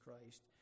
Christ